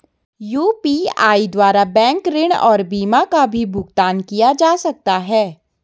UPI द्वारा bank ऋण और बीमा का भी भुगतान किया जा सकता है?